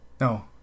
no